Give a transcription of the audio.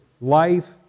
life